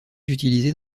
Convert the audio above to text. utilisées